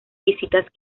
visitas